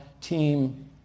Team